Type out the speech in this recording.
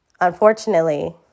Unfortunately